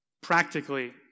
Practically